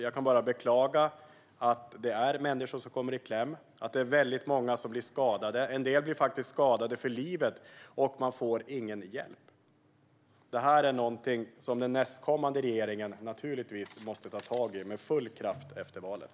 Jag kan bara beklaga att det är människor som kommer i kläm och att det är väldigt många som blir skadade. En del blir faktiskt skadade för livet, och de får ingen hjälp. Detta är någonting som den nästkommande regeringen naturligtvis måste ta tag i med full kraft efter valet.